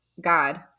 God